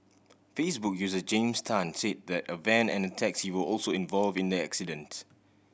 Facebook user James Tan said that a van and a taxi were also involved in the accident